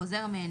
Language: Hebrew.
החוזר מהן,